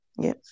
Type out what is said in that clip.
yes